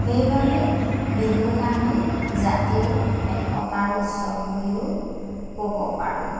সেইবাবে বিহুক আমি জাতিৰ একতাৰ উৎসৱ বুলিও ক'ব পাৰোঁ